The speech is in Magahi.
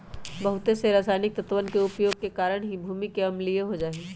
बहुत से रसायनिक तत्वन के उपयोग के कारण भी भूमि अम्लीय हो जाहई